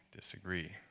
disagree